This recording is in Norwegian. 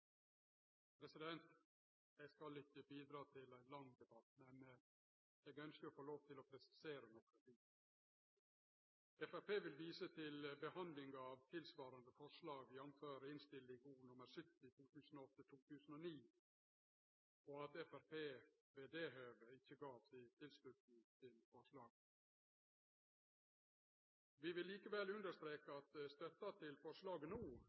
Eg skal ikkje bidra til ein lang debatt, men eg ønskjer å få lov til å presisere nokre ting. Framstegspartiet vil vise til behandlinga av tilsvarande forslag, jf. Innst. O. nr. 70 for 2008–2009, og at Framstegspartiet ved det høvet ikkje gav si tilslutning til forslaget. Vi vil likevel understreke at støtta til forslaget no